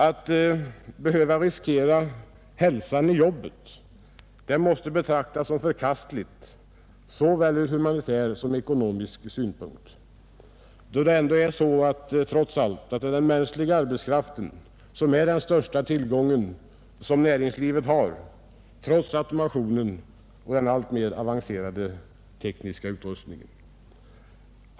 Att behöva riskera hälsan i arbetet måste betraktas som förkastligt såväl ur humanitär som ur ekonomisk synpunkt, då den mänskliga arbetskraften är den största tillgång som näringslivet har, trots automationen och en alltmer avancerad teknisk utrustning.